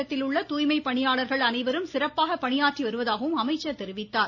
மாவட்டத்தில் உள்ள தூய்மை பணியாளர்கள் அனைவரும் சிறப்பாக பணியாற்றி வருவதாகவும் அமைச்சர் தெரிவித்தார்